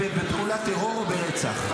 בפעולת טרור או ברצח?